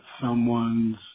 someone's